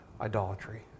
idolatry